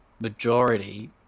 majority